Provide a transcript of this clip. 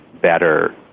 better